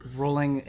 rolling